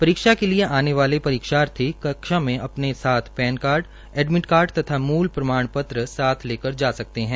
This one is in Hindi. परीक्षा के लिए आने वाले परीक्षार्थी कक्षा में अपने साथ पैन कार्ड एडमिट कार्ड तथा मूल प्रमाण पत्र साथ लेकर जा सकते हैं